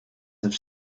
have